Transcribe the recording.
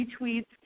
retweets